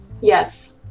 Yes